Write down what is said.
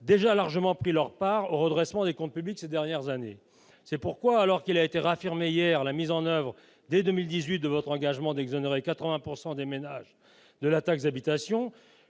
déjà largement pris leur part au redressement des comptes publics ces dernières années. C'est pourquoi, alors qu'a été réaffirmée hier la mise en oeuvre dès 2018 de votre engagement d'exonérer 80 % des ménages de la taxe d'habitation,